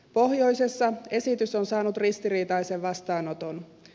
pohjoisessa esitys on saanut ristiriitaisen vastaanoton